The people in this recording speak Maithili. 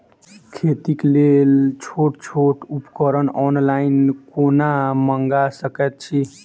खेतीक लेल छोट छोट उपकरण ऑनलाइन कोना मंगा सकैत छी?